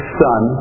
son